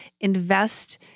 invest